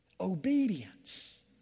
Obedience